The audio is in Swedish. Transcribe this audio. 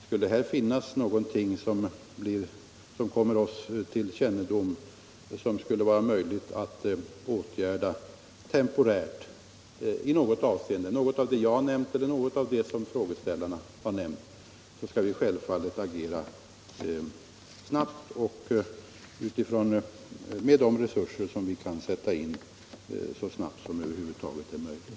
Skulle här någonting komma till vår kännedom som är möjligt att genomföra temporärt i något avseende — något av det som jag eller frågeställarna har nämnt — skall vi självfallet använda de resurser som kan sättas in för att agera så snabbt som det över huvud taget är möjligt.